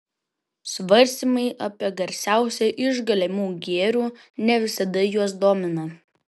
svarstymai apie geriausią iš galimų gėrių ne visada juos domina